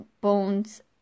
bones